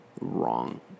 wrong